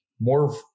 more